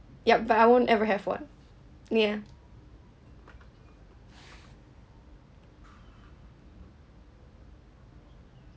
ya but I won't ever have one ya